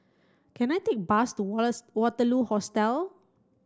can I take a bus to Waterloo Hostel